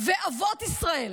ואבות ישראל: